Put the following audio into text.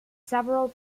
several